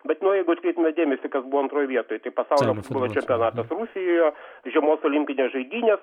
bet nu jeigu atkreiptume dėmesį kas buvo antroj vietoj tai pasaulio futbolo čempionatas rusijoje žiemos olimpinės žaidynės